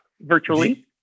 virtually